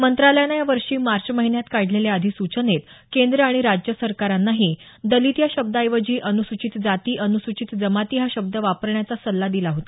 मंत्रालयानं यावर्षी मार्च महिन्यात काढलेल्या अधिसूचनेत केंद्र आणि राज्य सरकारांनाही दलित या शब्दाऐवजी अनुसूचित जाती अनुसूचित जमाती हा शब्द वापरण्याचा सल्ला दिला होता